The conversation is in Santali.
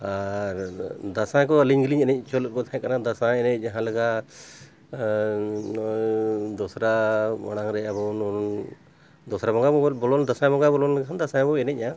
ᱟᱨ ᱫᱟᱸᱥᱟᱭ ᱠᱚ ᱟᱹᱞᱤᱧ ᱜᱮᱞᱤᱧ ᱮᱱᱮᱡ ᱪᱚᱞ ᱠᱚ ᱛᱟᱦᱮᱸ ᱠᱟᱱᱟ ᱫᱟᱸᱥᱟᱭ ᱮᱱᱮᱡ ᱡᱟᱦᱟᱸ ᱞᱮᱠᱟ ᱱᱚᱜᱼᱚᱭ ᱫᱚᱥᱨᱟ ᱢᱟᱲᱟᱝ ᱨᱮ ᱟᱵᱚ ᱫᱚᱥᱨᱟ ᱵᱚᱸᱜᱟ ᱵᱚᱸᱜ ᱵᱚᱞᱚᱱ ᱫᱟᱸᱥᱟᱭ ᱵᱚᱸᱜᱟ ᱵᱚᱞᱚᱱ ᱞᱮᱠᱷᱟᱱ ᱫᱟᱸᱥᱟᱭ ᱵᱚᱱ ᱮᱱᱮᱡᱼᱟ